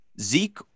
zeke